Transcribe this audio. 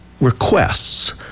requests